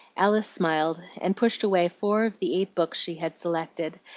alice smiled, and pushed away four of the eight books she had selected,